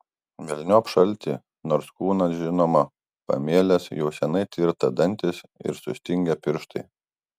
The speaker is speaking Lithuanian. velniop šaltį nors kūnas žinoma pamėlęs jau seniai tirta dantys ir sustingę pirštai